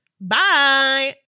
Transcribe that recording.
Bye